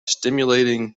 stimulated